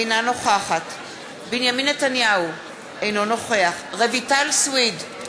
אינה נוכחת בנימין נתניהו, אינו נוכח רויטל סויד,